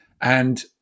And-